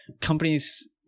companies